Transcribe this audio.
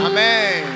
Amen